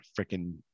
freaking